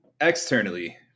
externally